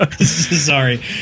Sorry